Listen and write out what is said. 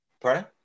Pardon